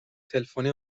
تلفنی